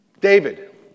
David